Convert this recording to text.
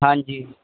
ਹਾਂਜੀ